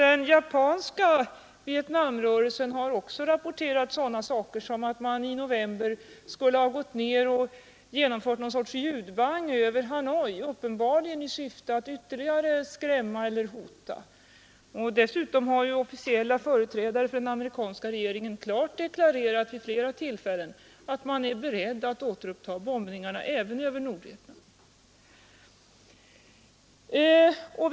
Den japanska Vietnamrörelsen har också rapporterat sådana saker som att man i november skulle ha gått ned och genomfört någon sorts ljudbang över Hanoi, uppenbarligen i syfte att ytterligare skrämma eller hota. Dessutom har officiella företrädare för den amerikanska regeringen vid flera tillfällen klart deklarerat att man är beredd att återuppta bombningarna även över Nordvietnam.